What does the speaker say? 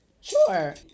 sure